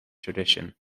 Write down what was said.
tradition